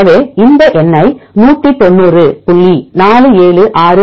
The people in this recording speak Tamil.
எனவே இந்த எண்ணை 190